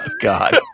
God